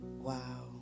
Wow